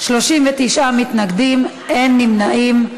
39 מתנגדים, אין נמנעים.